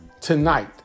tonight